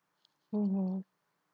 mmhmm